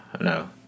No